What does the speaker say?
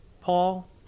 paul